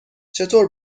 چطور